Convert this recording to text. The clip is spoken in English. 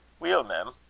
weel, mem,